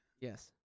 Yes